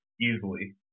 easily